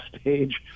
stage